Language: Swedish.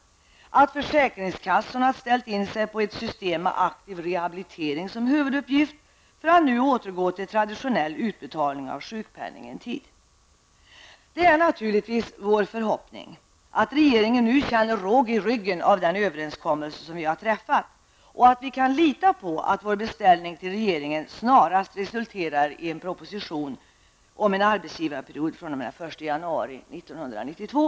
Försäkringskassorna har ställt in sig på ett system med aktiv rehabilitering som huvuduppgift. Då är det anmärkningsvärt, som bl.a. Lars Tobisson tidigare sade, att man nu skall återgå till traditionell utbetalning av sjukpenning en tid. Det är naturligtvis vår förhoppning att regeringen känner råg i ryggen av den överenskommelse som vi har träffat och att vi kan lita på att vår beställning till regeringen snarast resulterar i en proposition med förslag om en arbetsgivarperiod som skall löpa fr.o.m. den 1 januari 1992.